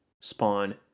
Spawn